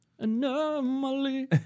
Anomaly